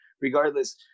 regardless